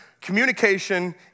communication